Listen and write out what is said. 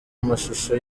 amashusho